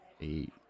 eight